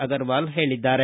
ಅಗ್ರವಾಲ್ ಹೇಳಿದ್ದಾರೆ